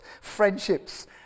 friendships